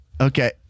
Okay